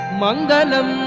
Mangalam